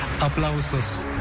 aplausos